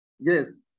Yes